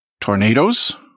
Tornadoes